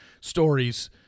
stories